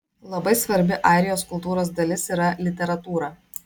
labai svarbi airijos kultūros dalis yra literatūra